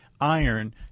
iron